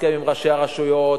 הסכם עם ראשי הרשויות,